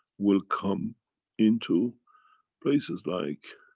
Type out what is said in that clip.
will come into places like,